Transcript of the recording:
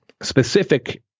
specific